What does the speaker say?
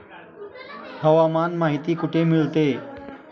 हवामान माहिती कुठे मिळते?